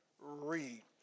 Read